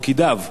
או פקידיו.